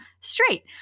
straight